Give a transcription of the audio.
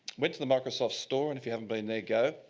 went to the microsoft store, and if you haven't been there, go,